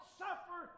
suffer